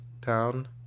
town